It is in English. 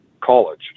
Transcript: college